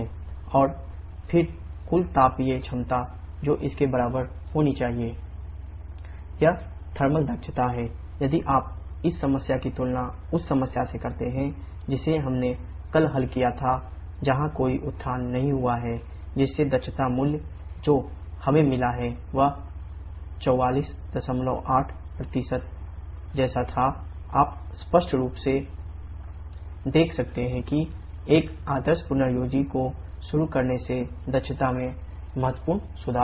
और फिर कुल तापीय क्षमता जो इसके बराबर होनी चाहिए thWnetqin6893 यह थर्मल को शुरू करने से दक्षता में महत्वपूर्ण सुधार होता है